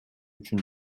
үчүн